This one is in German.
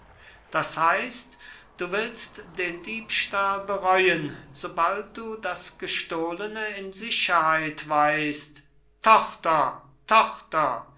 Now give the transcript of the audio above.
das heißt du willst den diebstahl bereuen sobald du das gestohlene in sicherheit weißt tochter tochter